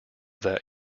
that